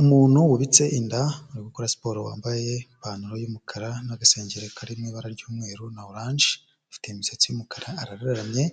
Umuntu wubitse inda ari gukora siporo wambaye ipantaro y'umukara n'agasengeri kari mu ibara ry'umweru na oranje, ufite imisatsi y'umukara araramye